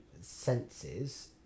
senses